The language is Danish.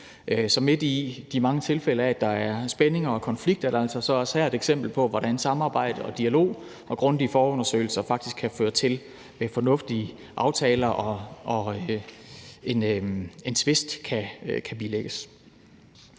Så midt i de mange tilfælde af, at der er spændinger og konflikter, er der altså også her et eksempel på, hvordan samarbejde og dialog og grundige forundersøgelser faktisk kan føre til fornuftige aftaler og til, at en tvist kan bilægges.